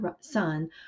son